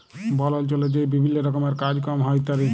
বল অল্চলে যে বিভিল্ল্য রকমের কাজ কম হ্যয় ইত্যাদি